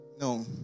No